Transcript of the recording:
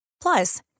Plus